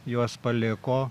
juos paliko